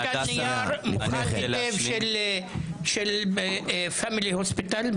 יש כאן נייר מפורט היטב של family hospital,